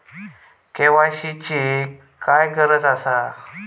KYC ची काय गरज आसा?